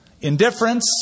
indifference